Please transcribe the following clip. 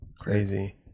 Crazy